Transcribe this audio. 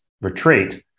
retreat